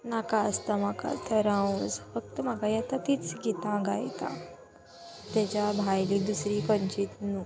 नाका आसता म्हाका तर हांव फक्त म्हाका येता तीच गितां गायता तेज्या भायली दुसरी खंचीत न्हू